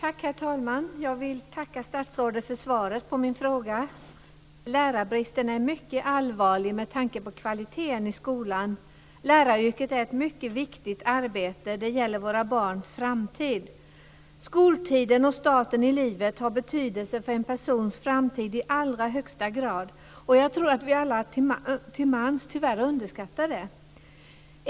Herr talman! Jag vill tacka statsrådet för svaret på min fråga. Lärarbristen är mycket allvarlig med tanke på kvaliteten i skolan. Läraryrket är ett mycket viktigt arbete. Det gäller våra barns framtid. Skoltiden och starten i livet har betydelse för en persons framtid i allra högsta grad. Jag tror att vi alla lite till mans tyvärr underskattar det.